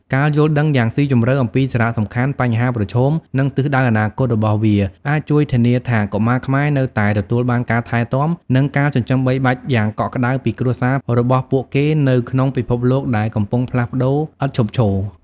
ការយល់ដឹងយ៉ាងស៊ីជម្រៅអំពីសារៈសំខាន់ បញ្ហាប្រឈម និងទិសដៅអនាគតរបស់វា អាចជួយធានាថាកុមារខ្មែរនៅតែទទួលបានការថែទាំ និងការចិញ្ចឹមបីបាច់យ៉ាងកក់ក្ដៅពីគ្រួសាររបស់ពួកគេនៅក្នុងពិភពលោកដែលកំពុងផ្លាស់ប្ដូរឥតឈប់ឈរ។